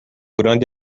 grande